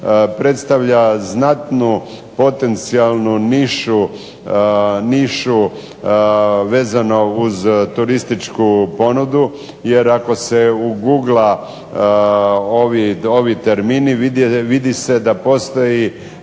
predstavlja znatno potencijalnu nišu vezano uz turističku ponudu, jer ako se ugugla ovi termini vidi se da postoji